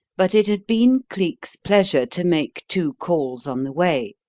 but it had been cleek's pleasure to make two calls on the way,